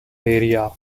area